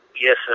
yes